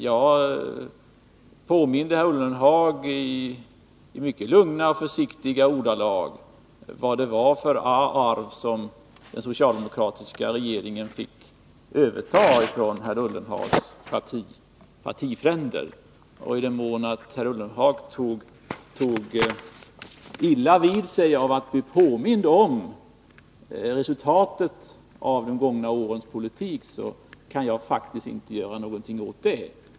Jag påminde herr Ullenhag i mycket lugna och försiktiga ordalag om vad det var för arv som den socialdemokratiska regeringen fick överta från herr Ullenhags partifränder. I den mån herr Ullenhag tog illa vid sig av att bli påmind om resultatet av de gångna årens politik, så kan jag faktiskt inte göra någonting åt det.